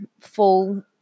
full